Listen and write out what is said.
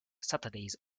saturdays